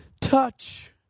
touch